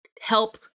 help